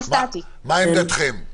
מירה, מה עמדתכם?